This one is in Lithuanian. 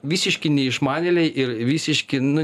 visiški neišmanėliai ir visiški nu